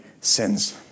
sins